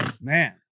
man